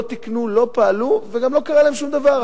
לא תיקנו, לא פעלו וגם לא קרה להם שום דבר.